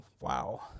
Wow